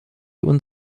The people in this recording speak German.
und